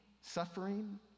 suffering